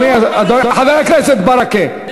חבר הכנסת ברכה,